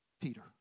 Peter